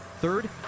Third